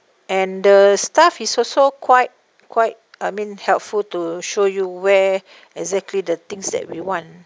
and the staff is also quite quite I mean helpful to show you where exactly the things that we want